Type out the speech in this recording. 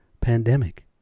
pandemic